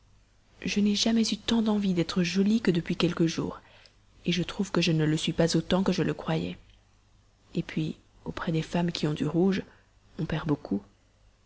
je n'ai jamais eu tant d'envie d'être jolie que depuis quelques jours je trouve que je ne le suis pas autant que je le croyais puis auprès des femmes qui ont du rouge on perd beaucoup